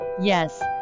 Yes